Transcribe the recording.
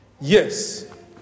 Yes